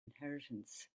inheritance